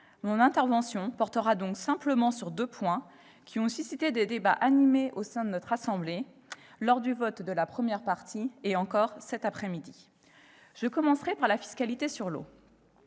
Mon intervention portera donc simplement sur deux points qui ont suscité des débats animés au sein de notre assemblée lors du vote de la première partie du projet de loi de finances et encore cet après-midi. Je commencerai par la fiscalité sur l'eau.